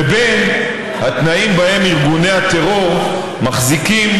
ובין התנאים שבהם ארגוני הטרור מחזיקים